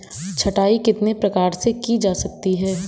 छँटाई कितने प्रकार से की जा सकती है?